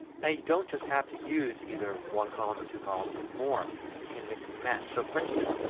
now you don't just have to use either one column or two columns or more. you can mix and match. so for instance,